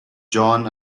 john